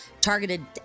targeted